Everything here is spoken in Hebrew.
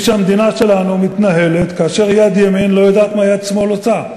שהמדינה שלנו מתנהלת כאשר יד ימין לא יודעת מה יד שמאל עושה.